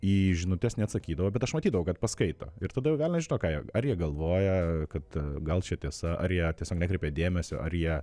į žinutes neatsakydavo bet aš matydavau kad paskaito ir tada jau velnias žino ką jie ar jie galvoja kad gal čia tiesa ar jie tiesiog nekreipia dėmesio ar jie